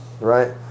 Right